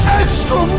extra